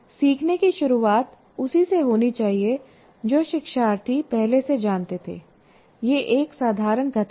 सीखने की शुरुआत उसी से होनी चाहिए जो शिक्षार्थी पहले से जानते थे यह एक साधारण कथन है